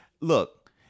look